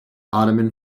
ottoman